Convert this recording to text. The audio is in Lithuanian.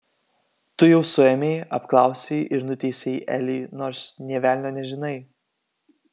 tu jau suėmei apklausei ir nuteisei elį nors nė velnio nežinai